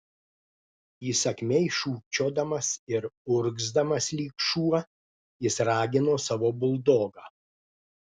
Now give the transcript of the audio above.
įsakmiai šūkčiodamas ir urgzdamas lyg šuo jis ragino savo buldogą